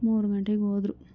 ಮೂರು ಗಂಟೆಗೆ ಹೋದರು